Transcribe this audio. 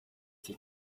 sich